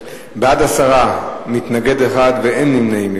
בעד, 10, מתנגד אחד ואין נמנעים.